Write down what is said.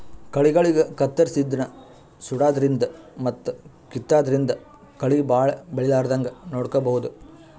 ಕಳಿಗಳಿಗ್ ಕತ್ತರ್ಸದಿನ್ದ್ ಸುಡಾದ್ರಿನ್ದ್ ಮತ್ತ್ ಕಿತ್ತಾದ್ರಿನ್ದ್ ಕಳಿ ಭಾಳ್ ಬೆಳಿಲಾರದಂಗ್ ನೋಡ್ಕೊಬಹುದ್